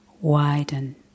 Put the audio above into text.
Widen